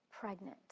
pregnant